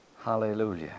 hallelujah